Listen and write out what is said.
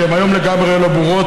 שהן היום לגמרי לא ברורות,